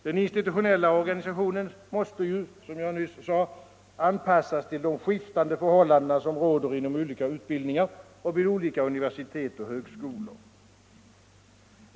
Den institutionella organisationen måste ju, som jag nyss sade, anpassas till de skiftande förhållanden som råder inom olika utbildningar och vid olika universitet och högskolor.